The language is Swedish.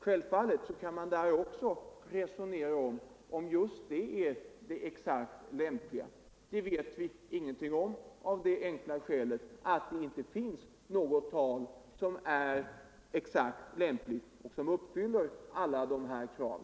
Självfallet kan man också där resonera om huruvida just det är det exakt lämpliga antalet — det vet vi ingenting om, av det enkla skälet att det inte finns något tal som är exakt lämpligt och som uppfyller alla krav.